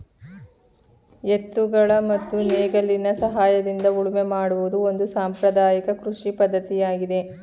ಎತ್ತುಗಳ ಮತ್ತು ನೇಗಿಲಿನ ಸಹಾಯದಿಂದ ಉಳುಮೆ ಮಾಡುವುದು ಒಂದು ಸಾಂಪ್ರದಾಯಕ ಕೃಷಿ ಪದ್ಧತಿಯಾಗಿದೆ